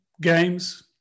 games